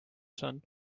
sun